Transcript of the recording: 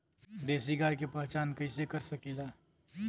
देशी गाय के पहचान कइसे कर सकीला?